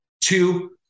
two